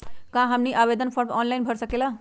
क्या हमनी आवेदन फॉर्म ऑनलाइन भर सकेला?